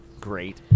great